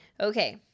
Okay